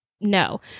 No